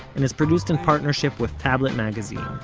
and is produced in partnership with tablet magazine.